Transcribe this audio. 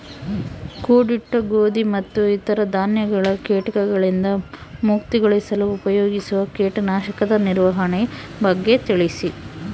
ಕೂಡಿಟ್ಟ ಗೋಧಿ ಮತ್ತು ಇತರ ಧಾನ್ಯಗಳ ಕೇಟಗಳಿಂದ ಮುಕ್ತಿಗೊಳಿಸಲು ಉಪಯೋಗಿಸುವ ಕೇಟನಾಶಕದ ನಿರ್ವಹಣೆಯ ಬಗ್ಗೆ ತಿಳಿಸಿ?